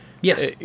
Yes